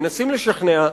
מנסים לשכנע,